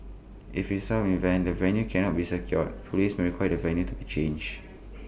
if A some events the venue cannot be secured Police may require the venue to be changed